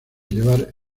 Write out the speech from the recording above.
llevar